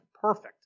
perfect